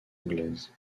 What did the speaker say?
anglaise